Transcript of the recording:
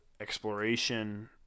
exploration